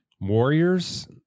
Warriors